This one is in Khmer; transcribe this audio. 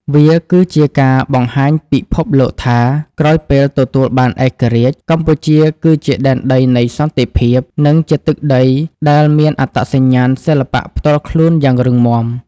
វាគឺជាការបង្ហាញពិភពលោកថា ក្រោយពេលទទួលបានឯករាជ្យ កម្ពុជាគឺជាដែនដីនៃសន្តិភាព និងជាទឹកដីដែលមានអត្តសញ្ញាណសិល្បៈផ្ទាល់ខ្លួនយ៉ាងរឹងមាំ។